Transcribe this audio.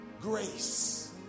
grace